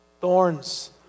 thorns